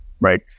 right